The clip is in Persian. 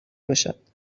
باشد